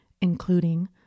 including